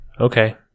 okay